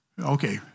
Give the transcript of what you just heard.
Okay